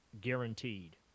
guaranteed